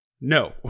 No